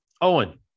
Owen